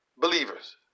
believers